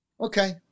Okay